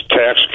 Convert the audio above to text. tax